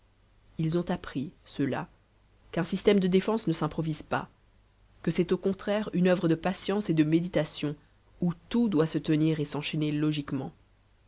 ils ont appris ceux-là qu'un système de défense ne s'improvise pas que c'est au contraire une œuvre de patience et de méditation où tout doit se tenir et s'enchaîner logiquement